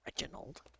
Reginald